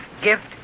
gift